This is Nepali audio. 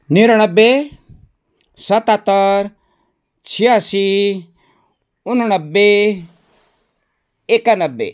निनानब्बे सतात्तर छ्यासी उनानब्बे एकानब्बे